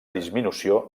disminució